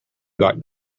got